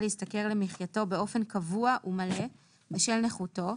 להשתכר למחייתו באופן קבוע ומלא בשל נכותו,